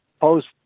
post